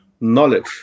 knowledge